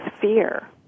fear